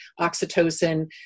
oxytocin